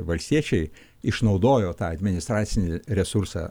valstiečiai išnaudojo tą administracinį resursą